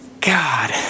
God